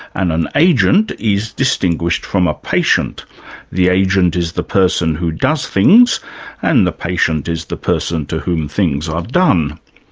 and an agent is distinguished from a patient the agent is the person who does things and the patient is the person to whom things are done,